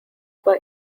per